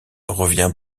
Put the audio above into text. revient